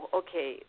okay